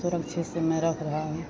सुरक्षित से मैं रख रहा हूँ